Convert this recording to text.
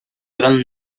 gran